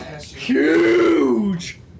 Huge